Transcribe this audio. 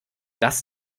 das